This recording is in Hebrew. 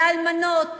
לאלמנות,